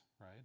right